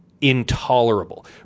intolerable